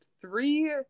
three